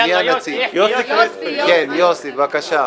יוסי, בבקשה.